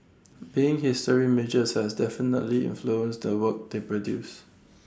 being history majors has definitely influenced the work they produce